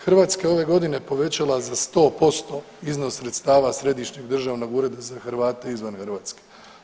Hrvatska je ove godine povećala za 100% iznos sredstava Središnjeg državnog ureda za Hrvate izvan Hrvatske.